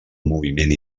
moviment